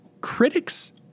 critics